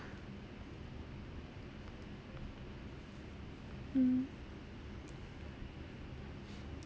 mm